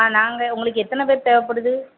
ஆ நாங்கள் உங்களுக்கு எத்தனை பேர் தேவைப்படுது